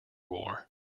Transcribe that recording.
war